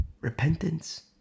Repentance